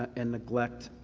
and neglect,